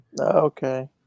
Okay